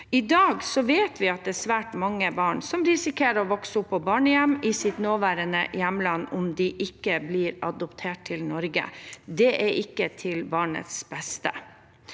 I dag vet vi at det er svært mange barn som risikerer å vokse opp på barnehjem i sitt nåværende hjemland om de ikke blir adoptert til Norge. Det er ikke til barnets beste.